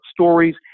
stories